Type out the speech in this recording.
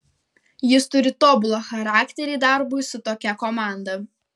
jis turi tobulą charakterį darbui su tokia komanda